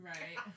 Right